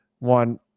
one